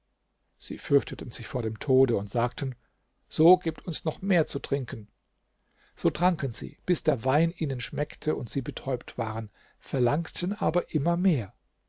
sie fürchteten sich vor dem tode und sagten so gebt uns noch mehr zu trinken so tranken sie bis der wein ihnen schmeckte und sie betäubt waren verlangten aber immer mehr